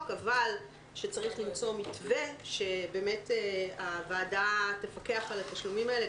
אבל שצריך למצוא מתווה שהוועדה תפקח על התשלומים האלה.